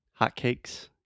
Hotcakes